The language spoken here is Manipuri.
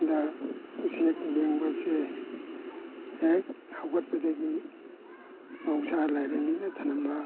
ꯗ ꯎꯆꯦꯛ ꯌꯦꯡꯕꯁꯦ ꯍꯦꯛ ꯍꯧꯒꯠꯄꯗꯒꯤ ꯃꯍꯧꯁꯥ ꯂꯥꯏꯔꯦꯝꯕꯤꯅ ꯊꯝꯂꯝꯕ